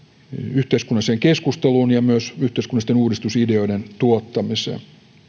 yhteiskunnalliseen keskusteluun ja myös yhteiskunnallisten uudistusideoiden tuottamiseen